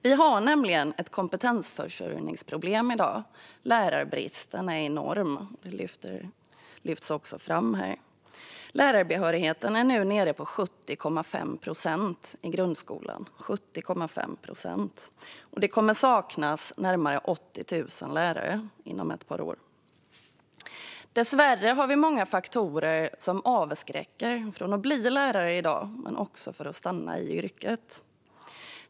Vi har nämligen ett kompetensförsörjningsproblem i dag. Lärarbristen är enorm. Det lyfts också fram i svaret. Lärarbehörigheten i grundskolan är nu nere på 70,5 procent, och det kommer att saknas närmare 80 000 lärare inom ett par år. Dessvärre finns det många faktorer som avskräcker personer från att bli lärare i dag och också från att stanna i yrket.